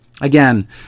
Again